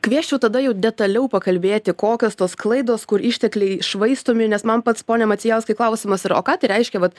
kviesčiau tada jau detaliau pakalbėti kokios tos klaidos kur ištekliai švaistomi nes man pats pone macijauskai klausimas yra o ką tai reiškia vat